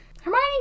Hermione